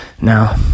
now